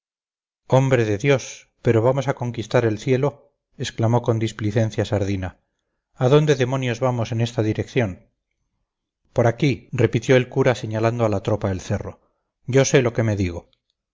hombre de dios pero vamos a conquistar el cielo exclamó con displicenciasardina adónde demonios vamos en esta dirección por aquí repitió el cura señalando a la tropa el cerro yo sé lo que me digo